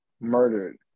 murdered